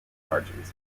margins